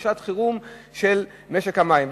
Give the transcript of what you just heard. שעת חירום של משק המים,